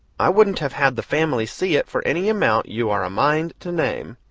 i wouldn't have had the family see it for any amount you are a mind to name.